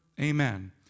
Amen